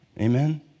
Amen